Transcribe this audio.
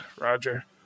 Roger